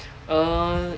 err